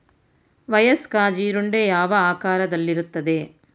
ವಯಸ್ಕ ಜೀರುಂಡೆ ಯಾವ ಆಕಾರದಲ್ಲಿರುತ್ತದೆ?